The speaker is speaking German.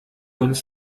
uns